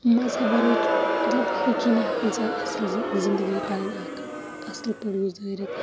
مَزہب وَرٲے مطلب ہٮ۪کی نہٕ اکھ اِنسان اَصٕل زِندگی ٹایم اکھ اَصٕل پٲٹھۍ گُزٲرِتھ